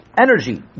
energy